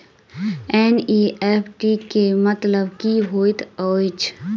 NEFT केँ मतलब की होइत अछि?